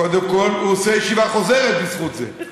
קודם כול, הוא עושה ישיבה חוזרת בזכות זה.